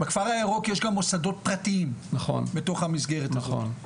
בכפר הירוק יש גם מוסדות פרטיים בתוך המסגרת הזאת.